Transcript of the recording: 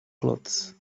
cloths